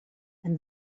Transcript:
and